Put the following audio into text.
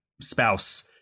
spouse